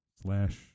slash